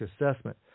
assessment